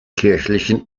kirchlichen